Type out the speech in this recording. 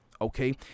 okay